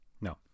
No